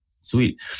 Sweet